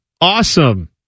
Awesome